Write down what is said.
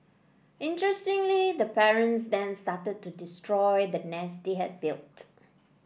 interestingly the parents then started to destroy the nest they had built